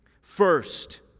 First